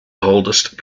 oldest